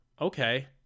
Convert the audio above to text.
okay